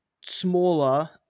smaller